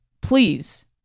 please